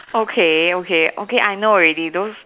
okay okay okay I know already don't